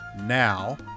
now